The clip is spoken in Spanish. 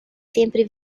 siempre